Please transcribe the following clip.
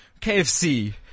KFC